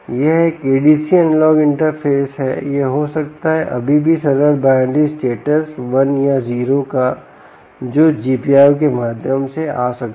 यह एक ADC analog interface है यह हो सकता है अभी भी सरल बाइनरी स्टेटस 1 या 0 का जो GPIO के माध्यम से आ सकता है